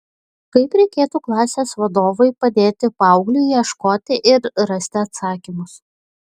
kaip reikėtų klasės vadovui padėti paaugliui ieškoti ir rasti atsakymus